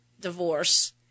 divorce